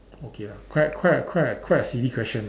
okay lah quite a quite a quite a quite a silly question